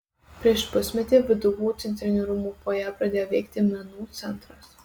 prieš pusmetį vdu centrinių rūmų fojė pradėjo veikti menų centras